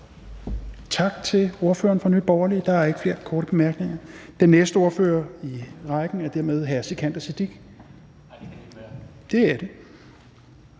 Tak til ordføreren for Nye Borgerlige. Der er ikke flere korte bemærkninger. Den næste ordfører i rækken er dermed hr. Sikandar Siddique. Det er hr.